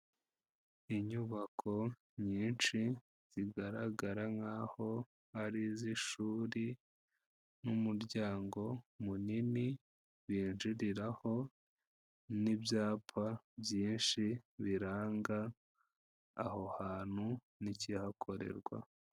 Inyubako nyinshi zigaragara nk'aho ari iz'ishuri n'umuryango munini binjiriraho n'ibyapa byinshi biranga aho hantu n'ikihakorerwa.